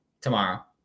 tomorrow